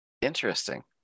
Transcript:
Interesting